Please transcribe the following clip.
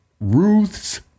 Ruth's